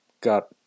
got